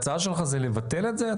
ההצעה שלך זה לבטל את זה?